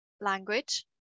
language